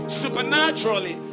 supernaturally